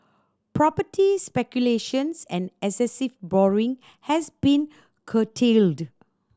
property speculations and excessive borrowing has been curtailed